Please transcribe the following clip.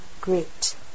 great